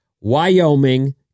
Wyoming